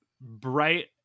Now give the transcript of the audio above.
bright